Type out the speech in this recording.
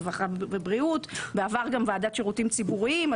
רווחה ובריאות בעבר גם ועדת שירותים ציבוריים.